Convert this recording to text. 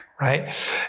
right